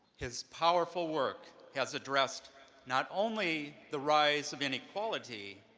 his powerful work has addressed not only the rise of inequality,